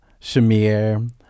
Shamir